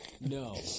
No